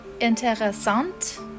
interessant